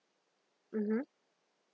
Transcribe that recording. mmhmm